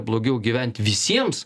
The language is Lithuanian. blogiau gyvent visiems